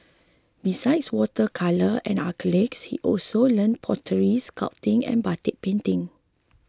besides water colour and acrylics he also learnt pottery sculpting and batik painting